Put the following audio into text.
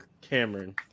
Cameron